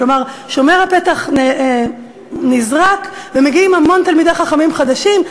כלומר שומר הפתח נזרק ומגיעים המון תלמידי חכמים חדשים.